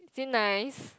is it nice